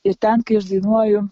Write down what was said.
ir ten kai aš dainuoju